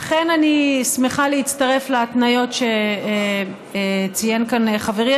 אכן, אני שמחה להצטרף להתניות שציין כאן חברי.